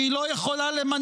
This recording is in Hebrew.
כי היא לא יכולה למנות